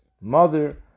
mother